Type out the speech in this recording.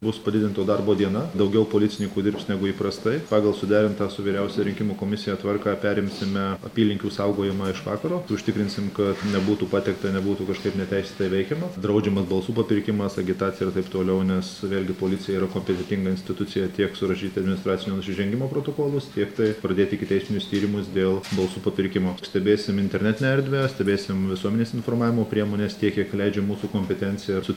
bus padidinto darbo diena daugiau policininkų dirbs negu įprastai pagal suderintą su vyriausiąja rinkimų komisija tvarką perimsime apylinkių saugojimą iš vakaro užtikrinsim kad nebūtų pateikta nebūtų kažkaip neteisėtai veikiama sudraudžiamų balsų papirkimas agitacija ir taip toliau nes vėl gi policija yra kompetentinga institucija tiek surašyti administracinio nusižengimo protokolus tiek tai pradėti ikiteisminius tyrimus dėl balsų papirkimo stebėsim internetinę erdvę stebėsim visuomenės informavimo priemones tiek kiek leidžia mūsų kompetencija su